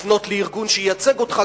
לפנות לארגון שייצג אותך,